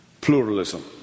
pluralism